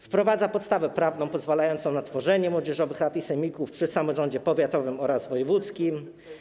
Wprowadza podstawę prawną pozwalającą na tworzenie młodzieżowych rad i sejmików przy samorządzie powiatowym oraz wojewódzkim.